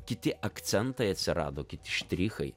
kiti akcentai atsirado kiti štrichai